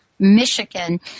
Michigan